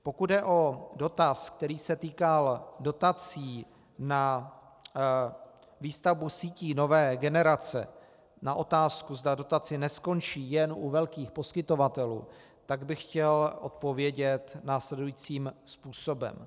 Pokud jde o dotaz, který se týkal dotací na výstavbu sítí nové generace, na otázku, zda dotace neskončí jen u velkých poskytovatelů, tak bych chtěl odpovědět následujícím způsobem.